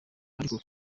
ariko